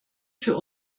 für